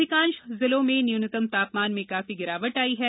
अधिकांश जिलों में न्यूनतम तापमान में काफी गिरावट आई है